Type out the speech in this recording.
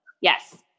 yes